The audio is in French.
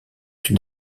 une